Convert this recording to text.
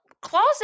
closet